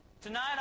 Tonight